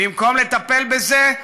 במקום לטפל בזה,